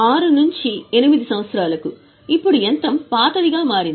6 నుండి 8 సంవత్సరాలకు ఇప్పుడు యంత్రం పాతదిగా మారింది